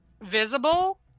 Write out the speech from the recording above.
visible